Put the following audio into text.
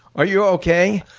are you okay?